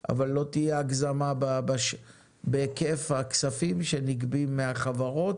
אבל לא תהיה הגזמה בהיקף הכספים שנגבים מהחברות.